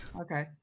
Okay